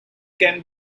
can